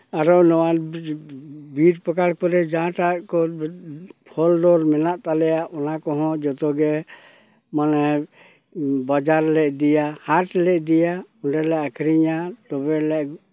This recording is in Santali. ᱟᱨᱚ ᱱᱚᱣᱟ ᱵᱤᱨ ᱯᱟᱠᱟᱲ ᱠᱚᱨᱮ ᱡᱟᱦᱟᱸᱴᱟᱜ ᱠᱚ ᱯᱷᱚᱞ ᱰᱚᱞ ᱢᱮᱱᱟᱜ ᱛᱟᱞᱮᱭᱟ ᱚᱱᱟ ᱠᱚᱦᱚᱸ ᱡᱚᱛᱚᱜᱮ ᱢᱟᱱᱮ ᱵᱟᱡᱟᱨᱞᱮ ᱤᱫᱤᱭᱟ ᱦᱟᱴᱞᱮ ᱤᱫᱤᱭᱟ ᱚᱸᱰᱮᱞᱮ ᱟᱠᱷᱨᱤᱧᱟ ᱛᱚᱵᱮᱞᱮ